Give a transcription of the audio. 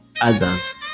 others